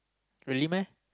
really meh